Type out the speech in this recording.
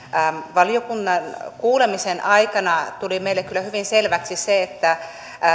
valiokunnan kuulemisen aikana tuli meille kyllä hyvin selväksi se että